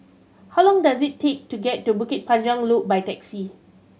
how long does it take to get to Bukit Panjang Loop by taxi